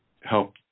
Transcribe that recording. help